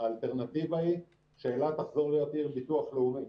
האלטרנטיבה היא שאילת תחזור להיות עיר ביטוח לאומי.